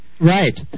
Right